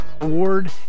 Award